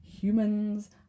humans